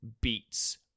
beats